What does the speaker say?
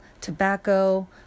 tobacco